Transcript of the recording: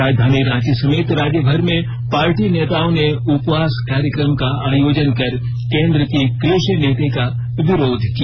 राजधानी रांची समेत राज्यभर में पार्टी नेताओं ने उपवास कार्यक्रम का आयोजन कर केंद्र की कृषि नीति का विरोध किया